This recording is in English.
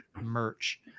merch